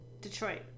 Detroit